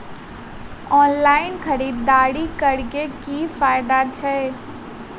Online खरीददारी करै केँ की फायदा छै?